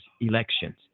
elections